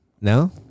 no